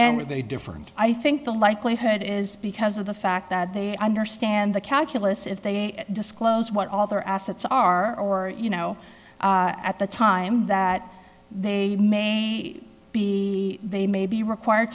a different i think the likelihood is because of the fact that they understand the calculus if they disclose what all their assets are or you know at the time that they may b they may be required